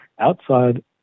outside